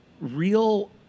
real